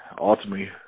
ultimately